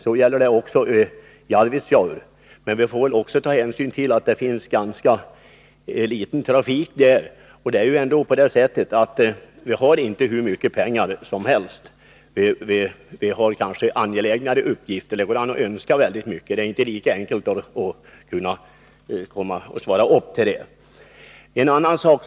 Så gäller också i Arvidsjaur. Men vi får också ta hänsyn till att det finns ganska litet trafik där, och det är ändå så att vi inte har hur mycket pengar som helst. Vi har kanske angelägnare uppgifter. Det går an att önska väldigt mycket — det är inte lika enkelt att svara upp till det. Så en annan sak.